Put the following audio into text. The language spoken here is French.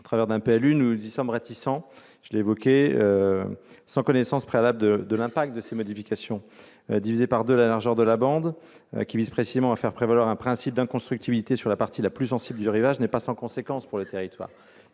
montagne, un PLU. Nous sommes réticents à modifier de telles règles, sans connaissance préalable des effets de ces modifications. Diviser par deux la largeur de la bande littorale, qui vise précisément à faire prévaloir un principe d'inconstructibilité sur la partie la plus sensible du rivage, n'est pas sans conséquence pour le territoire,